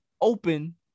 open